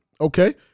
Okay